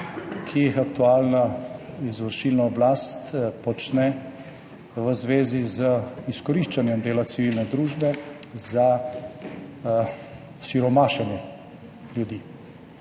ki jih aktualna izvršilna oblast počne v zvezi z izkoriščanjem dela civilne družbe za siromašenje ljudi.